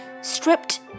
stripped